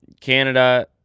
Canada